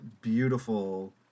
beautiful